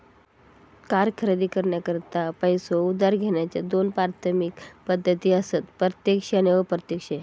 car खरेदी करण्याकरता पैसो उधार घेण्याच्या दोन प्राथमिक पद्धती असत प्रत्यक्ष आणि अप्रत्यक्ष